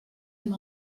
amb